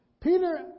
Peter